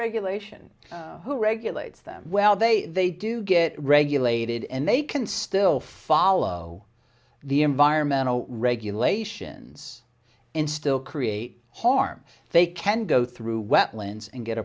regulation who regulates them well they they do get regulated and they can still follow the environmental regulations in still create harm they can go through wetlands and get